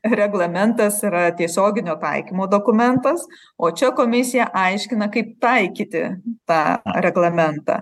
reglamentas yra tiesioginio taikymo dokumentas o čia komisija aiškina kaip taikyti tą reglamentą